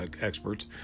experts